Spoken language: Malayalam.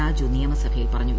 രാജു നിയമസഭയിൽ പറഞ്ഞു